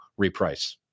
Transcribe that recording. reprice